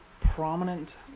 Prominent